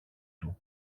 του